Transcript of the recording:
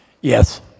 Yes